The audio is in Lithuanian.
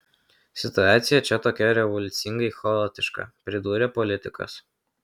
situacija čia tokia revoliucingai chaotiška pridūrė politikas